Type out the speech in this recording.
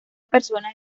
persona